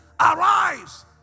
Arise